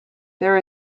there